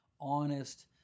honest